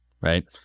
right